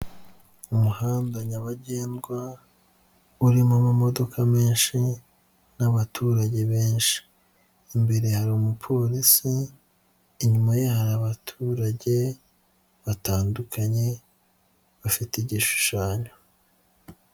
Umuhanda nyabagendwa urimo amamodoka menshi n'abaturage benshi. Imbere hari umupolisi, inyuma ye hari abaturage batandukanye bafite igishushanyo.